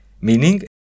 meaning